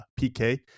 pk